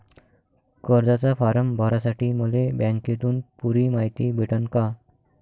कर्जाचा फारम भरासाठी मले बँकेतून पुरी मायती भेटन का?